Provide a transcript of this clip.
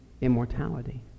immortality